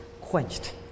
quenched